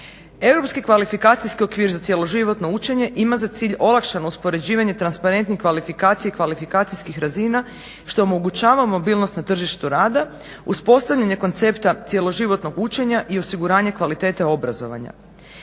Europski kvalifikacijski okvir za cjeloživotno učenje ima za cilj olakšano uspoređivanje transparentnih kvalifikacije i kvalifikacijskih razina što omogućava mobilnost na tržištu rada, uspostavljanje koncepta cjeloživotnog učenja i osiguranje kvalitete obrazovanja.